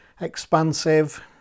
expansive